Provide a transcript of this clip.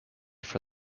for